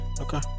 Okay